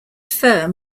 firm